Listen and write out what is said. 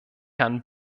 herrn